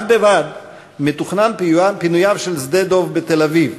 בד בבד מתוכנן פינויו של שדה-דב בתל-אביב,